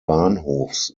bahnhofs